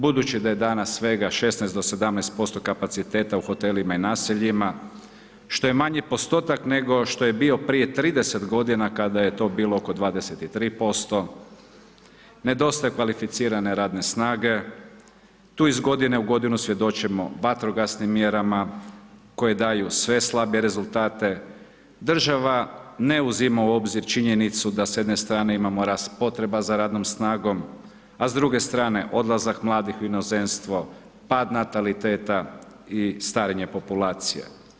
Budući da je danas svega 16 do 17% kapaciteta u hotelima i naseljima, što je manji postotak nego što je bio prije 30 g. kada je to bilo oko 23%, nedostaje kvalificirane radne snage, tu iz godine u godinu svjedočimo vatrogasnim mjerama koje daju sve slabije rezultate, država ne uzima u obzir činjenicu da s jedne strane imamo rast potreba za radnom snagom a s druge strane odlazak mladih u inozemstvo, pad nataliteta i starenje populacije.